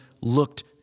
looked